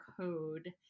code